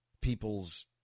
people's